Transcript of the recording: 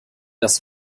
das